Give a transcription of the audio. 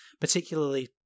particularly